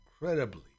incredibly